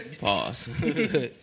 Pause